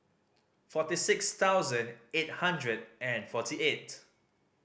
forty six thousand eight hundred and forty eight